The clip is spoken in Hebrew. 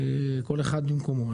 כל אחד ממקומו.